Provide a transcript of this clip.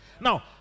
Now